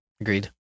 Agreed